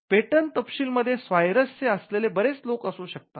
patent तपशील मध्ये स्वारस्य असलेले बरेच लोक असू शकतात